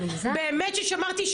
באמת ששמרתי.